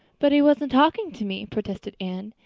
but he wasn't talking to me, protested anne.